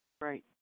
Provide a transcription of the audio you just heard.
Right